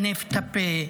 לטנף את הפה: